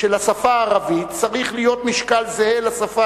שלשפה הערבית צריך להיות משקל זהה לשפה